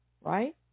right